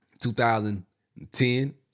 2010